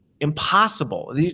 impossible